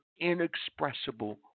inexpressible